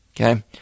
Okay